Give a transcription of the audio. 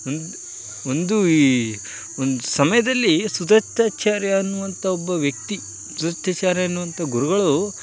ಒಂದು ಒಂದು ಈ ಒಂದು ಸಮಯದಲ್ಲಿ ಸುದತ್ತಾಚಾರ್ಯ ಅನ್ನುವಂತಹ ಒಬ್ಬ ವ್ಯಕ್ತಿ ಸುದತ್ತಾಚಾರ್ಯ ಅನ್ನುವಂತಹ ಗುರುಗಳು